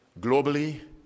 globally